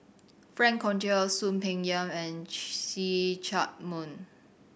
Frank Cloutier Soon Peng Yam and See Chak Mun